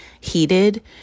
heated